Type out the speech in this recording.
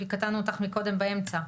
כי קטענו אותך קודם באמצע.